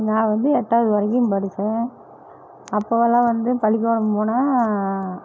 நான் வந்து எட்டாவது வரைக்கும் படித்தேன் அப்போதெல்லாம் வந்து பள்ளிக்கூடம் போனால்